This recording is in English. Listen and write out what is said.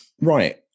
Right